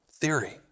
theory